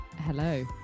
Hello